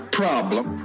problem